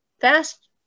fast